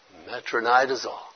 metronidazole